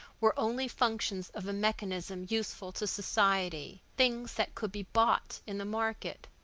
were only functions of a mechanism useful to society things that could be bought in the market.